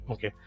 Okay